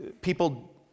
people